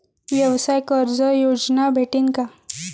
व्यवसाय कर्ज योजना भेटेन का?